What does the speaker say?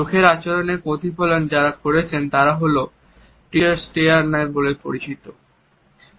চোখের আচরণের প্রতিফলন করেছেন যা তারা teacher stare বলে অভিহিত করেছেন